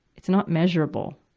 it's not measurable.